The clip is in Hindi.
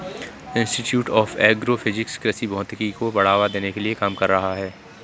इंस्टिट्यूट ऑफ एग्रो फिजिक्स कृषि भौतिकी को बढ़ावा देने के लिए काम कर रहा है